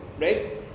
right